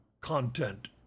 content